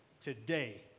Today